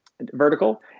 vertical